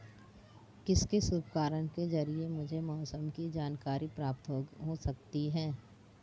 किस किस उपकरण के ज़रिए मुझे मौसम की जानकारी प्राप्त हो सकती है?